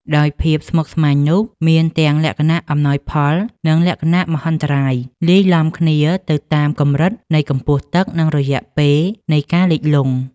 ដោយភាពស្មុគស្មាញនោះ មានទាំងលក្ខណៈអំណោយផល និងលក្ខណៈមហន្តរាយ លាយឡំគ្នាទៅតាមកម្រិតនៃកម្ពស់ទឹក និងរយៈពេលនៃការលិចលង់។